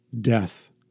Death